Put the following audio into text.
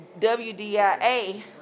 WDIA